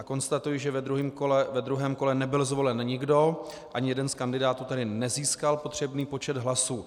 Konstatuji, že ve druhém kole nebyl zvolen nikdo, ani jeden z kandidátů tedy nezískal potřebný počet hlasů.